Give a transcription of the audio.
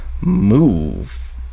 move